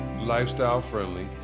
Lifestyle-friendly